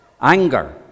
anger